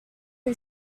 who